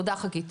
תודה חגית.